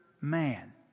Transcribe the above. man